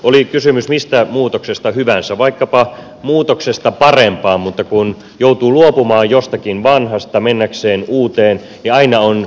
oli kysymys mistä muutoksesta hyvänsä vaikkapa muutoksesta parempaan mutta kun joutuu luopumaan jostakin vanhasta mennäkseen uuteen niin aina on epävarmuutta